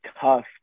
tough